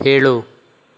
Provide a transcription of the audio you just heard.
ಏಳು